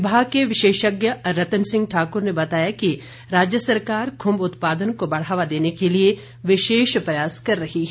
विभाग के विशेषज्ञ रतन सिंह ठाकुर ने बताया कि राज्य सरकार खुम्ब उत्पादन को बढ़ावा देने के लिए विशेष प्रयास कर रही है